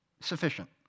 Sufficient